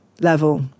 level